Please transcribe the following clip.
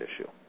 issue